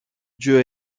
dieu